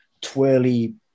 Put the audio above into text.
twirly